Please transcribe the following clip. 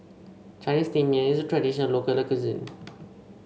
Chinese Steamed Yam is a traditional local cuisine